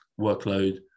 workload